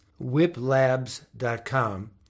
whiplabs.com